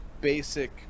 basic